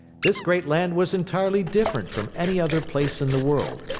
this great land was entirely different from any other place in the world.